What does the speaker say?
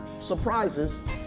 surprises